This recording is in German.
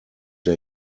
der